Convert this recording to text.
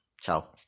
Ciao